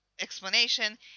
explanation